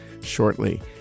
shortly